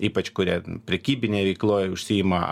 ypač kurie prekybinėj veikloj užsiima